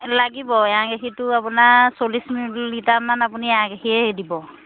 লাগিব এৱা গাখীৰটো আপোনাৰ চল্লিছ লিটাৰমান আপুনি এৱা গাখীৰে দিব